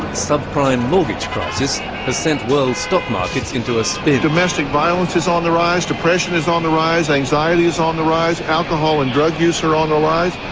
subprime mortgage crisis has sent world stock markets into a spin. domestic violence is on the rise, depression is on the rise, anxiety is on the rise, alcohol and drug use are on the rise,